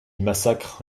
massacre